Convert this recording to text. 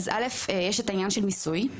אז א', יש את העניין של מיסוי.